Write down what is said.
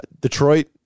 Detroit